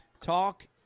Talk